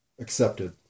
Accepted